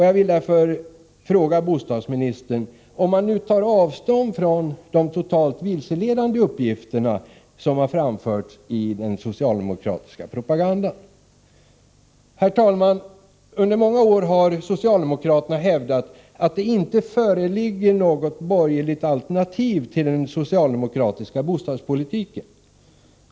Jag vill därför fråga bostadsministern om han nu tar avstånd från dessa totalt vilseledande uppgifter som framförts i den socialdemokratiska propagandan. Herr talman! Under många år har socialdemokraterna hävdat att det inte föreligger något borgerligt alternativ till den socialdemokratiska bostadspolitiken.